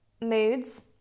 moods